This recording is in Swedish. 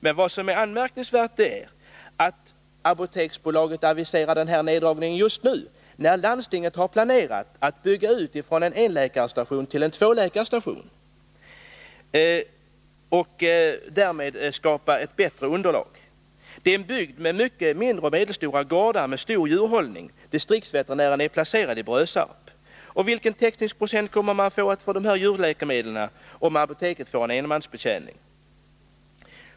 Men anmärkningsvärt är att Apoteksbolaget aviserar denna neddragning just nu, när landstinget har planerat att bygga ut från en enläkarstation till en tvåläkarstation och därmed skapa ett bättre underlag. Detta är en bygd med många mindre och medelstora gårdar med stor djurhållning. Distriktsveterinären är placerad i Brösarp. Vilken täckningsprocent kommer man att få för djurläkemedel om apoteket får enmansbetjäning?